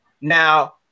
Now